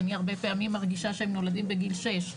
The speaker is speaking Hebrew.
אני הרבה פעמים מרגישה שהם נולדים בגיל שש.